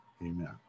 Amen